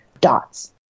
dots